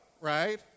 right